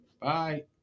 bye